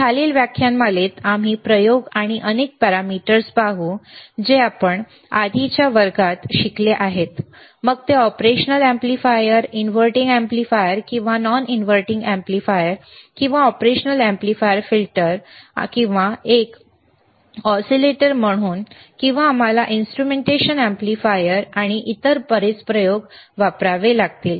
तर खालील व्याख्यानमालेत आम्ही प्रयोग आणि अनेक पॅरामीटर्स पाहू जे आपण आधीच्या वर्गात शिकले आहेत मग ते ऑपरेशनल एम्पलीफायर इनव्हर्टींग एम्पलीफायर किंवा नॉन इनव्हर्टींग अॅम्प्लीफायर किंवा ऑपरेशन एम्पलीफायर फिल्टर किंवा एक म्हणून ऑसीलेटर किंवा आम्हाला इन्स्ट्रुमेंटेशन अॅम्प्लीफायर आणि इतर बरेच प्रयोग वापरावे लागतील